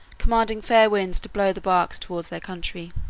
commanding fair winds to blow the barks towards their country.